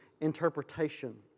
interpretation